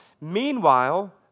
Meanwhile